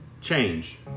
change